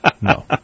No